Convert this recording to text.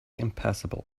impassable